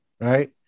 Right